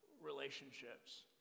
relationships